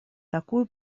такую